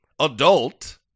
adult